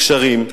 גשרים,